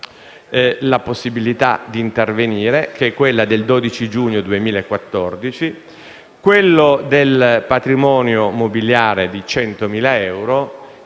la possibilità d'intervenire (che è quella del 12 giugno 2014), il patrimonio mobiliare di 100.000 euro,